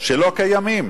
שלא קיימים.